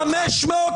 חשבתי שאתה משאיר אותי